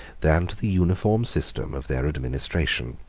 than to the uniform system of their administration.